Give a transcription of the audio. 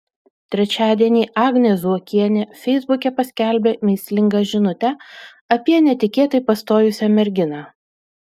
trečiadienį agnė zuokienė feisbuke paskelbė mįslingą žinutę apie netikėtai pastojusią merginą